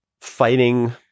fighting